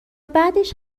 بعدش